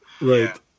Right